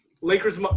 Lakers